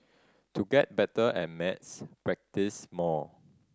to get better at maths practise more